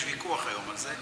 יש ויכוח היום על זה,